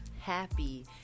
happy